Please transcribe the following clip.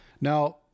Now